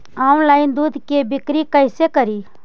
Online दुध के बिक्री कैसे करि?